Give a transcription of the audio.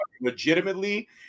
legitimately